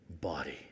body